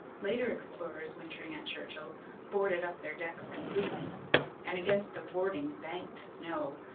later explorers wintering at churchill boarded up their decks completely and against the boarding banked snow,